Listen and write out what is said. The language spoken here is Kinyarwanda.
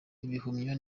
ibihumyo